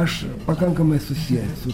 aš pakankamai susijęs su